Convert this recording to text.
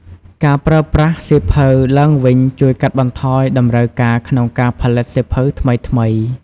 ការប្រើប្រាស់សៀវភៅឡើងវិញជួយកាត់បន្ថយតម្រូវការក្នុងការផលិតសៀវភៅថ្មីៗ។